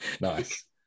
Nice